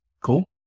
Cool